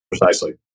Precisely